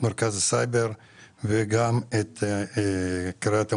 מרכז הסייבר וגם את קריית המודיעין.